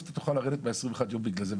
תוכל לרדת מ-21 ימים בגלל זה,